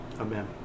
Amen